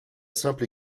simple